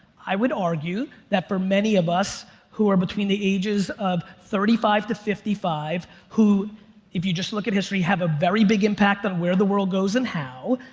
i would argue that for many of us who are between the ages of thirty five to fifty five. who if you just look at history have a very big impact on where the world goes and how,